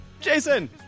Jason